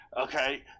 okay